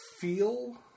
feel